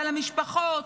על המשפחות,